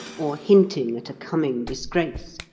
or hinting at a coming disgrace,